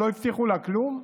שלא הבטיחו לה כלום?